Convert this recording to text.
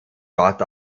dort